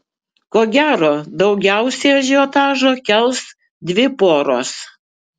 ko gero daugiausiai ažiotažo kels dvi poros